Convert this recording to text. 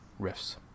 riffs